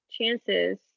chances